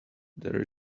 there